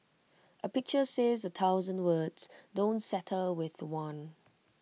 A pictures says A thousand words don't settle with one